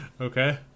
Okay